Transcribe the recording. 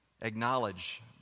acknowledge